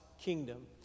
kingdom